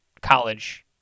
college